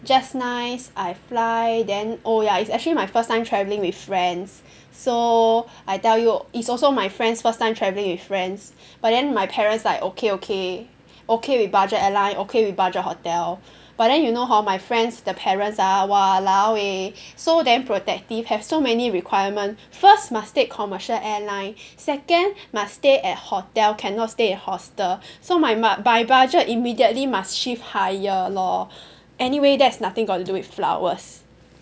just nice I fly then oh ya it's actually my first time travelling with friends so I tell you it's also my friends' first time travelling with friends but then my parents like okay okay okay with budget airline okay with budget hotel but then you know hor my friends the parents ah !walao! eh so damn protective have so many requirement first must take commercial airline second must stay at hotel cannot stay in hostel so my my my budget immediately must shift higher lor anyway that's nothing got to do with flowers